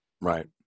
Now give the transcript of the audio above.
right